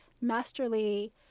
masterly